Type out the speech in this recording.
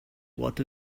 what